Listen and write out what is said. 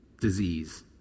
disease